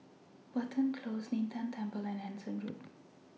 Watten Close Lin Tan Temple and Anson Road